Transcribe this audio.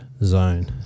zone